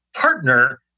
partner